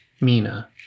Mina